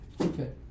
Okay